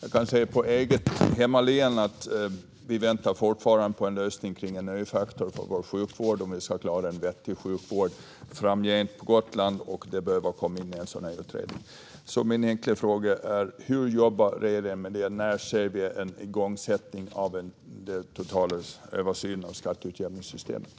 I mitt eget hemlän väntar vi fortfarande på en lösning för hur vi ska klara att ha bättre sjukvård på Gotland framgent. Det behöver komma med i en sådan utredning. Min enkla fråga är: Hur jobbar regeringen med det? När ser vi en igångsättning av en total översyn av skatteutjämningssystemet?